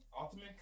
ultimate